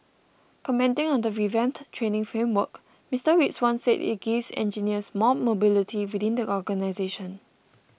commenting on the revamped training framework Mister Rizwan said it gives engineers more mobility within the organisation